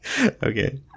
Okay